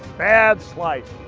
bad flight.